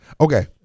Okay